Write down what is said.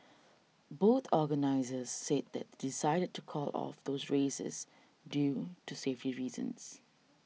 both organisers said they decided to call off those races due to safety reasons